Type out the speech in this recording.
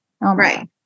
right